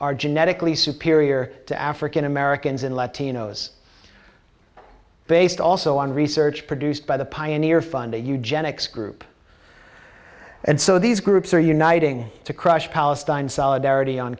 are genetically superior to african americans and latinos based also on research produced by the pioneer fund a eugenics group and so these groups are uniting to crush palestine solidarity on